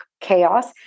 chaos